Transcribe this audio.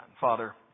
Father